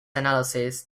analysis